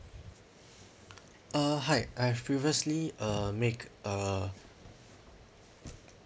uh hi I've previously uh make a